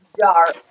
dark